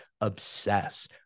obsess